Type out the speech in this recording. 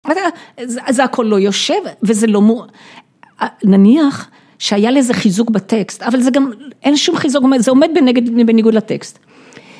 זה הכל לא יושב וזה לא מור... נניח שהיה לזה חיזוק בטקסט, אבל זה גם אין שום חיזוק, זה עומד בנגד.. בניגוד לטקסט.